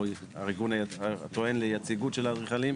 או הארגון הטוען ליציגות של האדריכלים,